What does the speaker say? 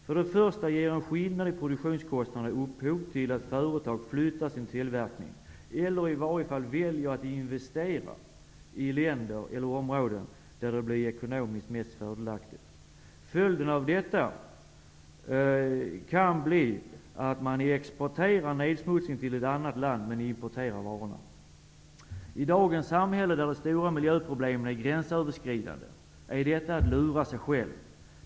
För det första ger en skillnad i produktionskostnaderna upphov till att företag flyttar sin tillverkning, eller i varje fall väljer att investera i länder eller områden där det blir ekonomiskt mest fördelaktigt. Följden av detta kan bli att man exporterar nedsmutsningen till annat land men importerar varorna. I dagens samhälle där de stora miljöproblemen är gränsöverskridande, är detta att lura sig själv.